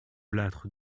lattre